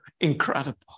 incredible